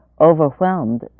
overwhelmed